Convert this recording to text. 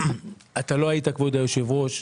אתה לא היית, כבוד היושב-ראש.